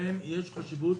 לכן יש חשיבות